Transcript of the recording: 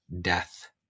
death